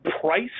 Price